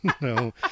No